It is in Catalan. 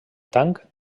tanc